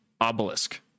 obelisk